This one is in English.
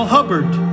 Hubbard